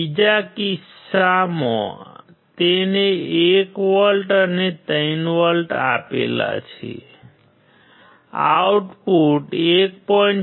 બીજા કિસ્સામાં તેણે 1 વોલ્ટ અને 3 વોલ્ટ આપેલા છે આઉટપુટ 1